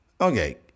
Okay